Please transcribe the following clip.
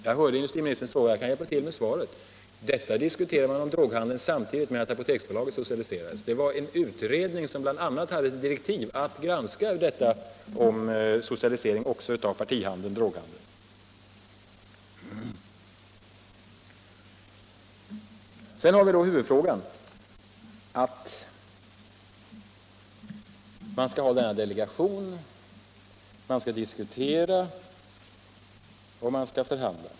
Jag hörde industriministerns fråga, och jag kan hjälpa till med svaret: droghandeln diskuterade man samtidigt med att apoteken socialiserades. Det fanns en utredning, som bl.a. hade i uppdrag enligt direktiven att granska frågan om socialisering av droghandeln. Sedan har vi då huvudfrågan: Regeringen tillsätter en delegation, som skall diskutera och förhandla.